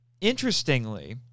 Interestingly